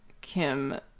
Kim